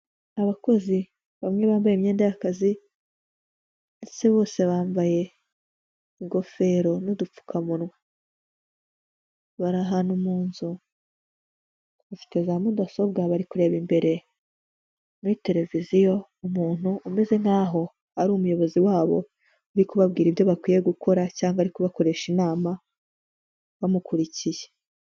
Abakozi bamwe bambaye imyenda y'akazi, ndetse bose bambaye ingofero n'udupfukamunwa, bari ahantu mu nzu, bafite za mudasobwa bari kureba imbere muri tereviziyo umuntu umeze nk'aho ari umuyobozi wabo, uri kubabwira ibyo bakwiye gukora cyangwa ari kubakoresha inama bamukurikiye.